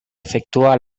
efectuar